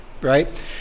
right